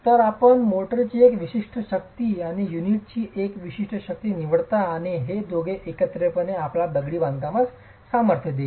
तर आपण मोर्टारची एक विशिष्ट शक्ती आणि युनिटची एक विशिष्ट शक्ती निवडता आणि हे दोघे एकत्रितपणे आपल्याला दगडी बांधकाम सामर्थ्य देतील